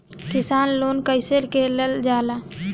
किसान लोन कईसे लेल जाला?